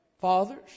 Fathers